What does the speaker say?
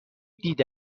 دیده